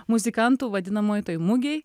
muzikantų vadinamoj toj mugėj